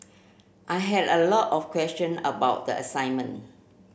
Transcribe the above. I had a lot of question about the assignment